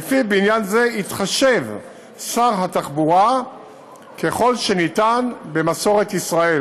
ולפיו בעניין זה יתחשב שר התחבורה ככל שניתן במסורת ישראל.